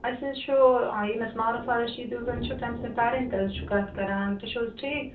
اَسہِ حظ چھُ آ یٔمِس ماروفا رٔشیٖد یۄس زَن چھِ تٔمۍ سٕنٛدۍ پیٚرنٛٹ حظ چھِ کَتھ کران تُہۍ چھُو حظ ٹھیٖک